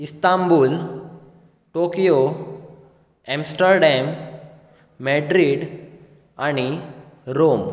Istanbul Tokyo Amsterdam Madrid आनी Rome